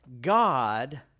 God